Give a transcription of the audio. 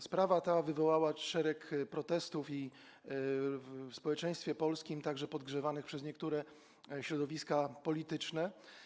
Sprawa ta wywołała szereg protestów w społeczeństwie polskim, także podgrzewanych przez niektóre środowiska polityczne.